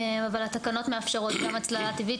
האגודה למניעת סרטן העור.